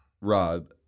Rob